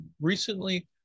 recently